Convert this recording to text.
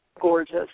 gorgeous